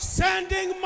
sending